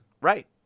right